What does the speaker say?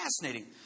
fascinating